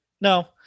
No